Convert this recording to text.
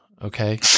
Okay